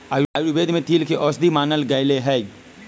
आयुर्वेद में तिल के औषधि मानल गैले है